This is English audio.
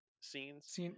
scenes